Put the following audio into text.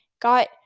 got